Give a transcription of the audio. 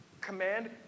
command